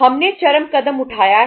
हमने चरम कदम उठाया है